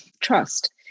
trust